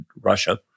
Russia